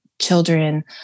children